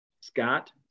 Scott